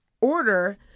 order